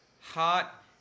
hot